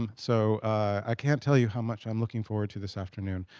um so i can't tell you how much i'm looking forward to this afternoon.